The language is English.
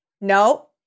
No